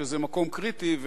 שזה מקום קריטי,